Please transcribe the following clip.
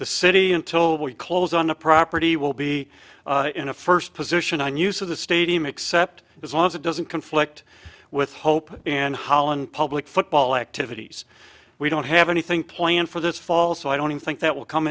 the city until we close on the property will be in a first position on use of the stadium except as long as it doesn't conflict with hope and holland public football activities we don't have anything planned for this fall so i don't think that will come